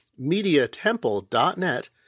mediatemple.net